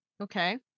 Okay